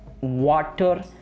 water